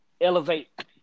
elevate